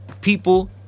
people